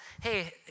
hey